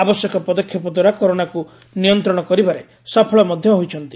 ଆବଶ୍ୟକ ପଦକ୍ଷେପ ଦ୍ୱାରା କରୋନାକୁ ନିୟନ୍ତଶ କରିବାରେ ସଫଳ ମଧ୍ଧ ହୋଇଛି